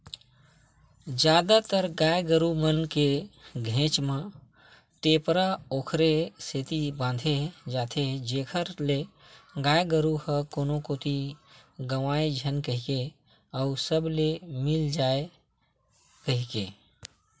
जादातर गाय गरु मन के घेंच म टेपरा ओखरे सेती बांधे जाथे जेखर ले गाय गरु ह कोनो कोती गंवाए झन कहिके अउ रब ले मिल जाय कहिके